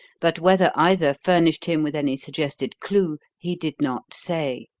but whether either furnished him with any suggested clue he did not say